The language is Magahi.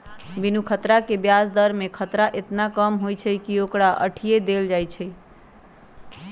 बिनु खतरा के ब्याज दर में खतरा एतना कम होइ छइ कि ओकरा अंठिय देल जाइ छइ